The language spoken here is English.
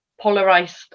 polarized